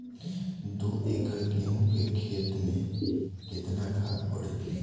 दो एकड़ गेहूँ के खेत मे केतना खाद पड़ी?